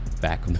back